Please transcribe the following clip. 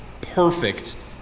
perfect